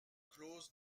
clause